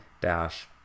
dash